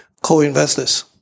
co-investors